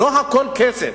לא הכול כסף,